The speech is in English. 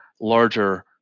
larger